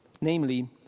Namely